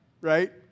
right